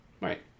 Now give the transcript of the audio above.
Right